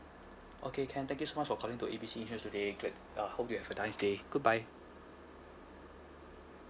okay can thank you so much for calling to A B C here today glad uh hope you have a nice day goodbye